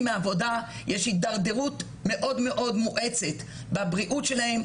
מהעבודה ויש הידרדרות מואצת מאוד בבריאות שלהם,